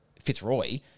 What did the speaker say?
Fitzroy